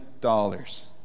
dollars